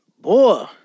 Boy